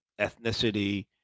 ethnicity